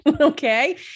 Okay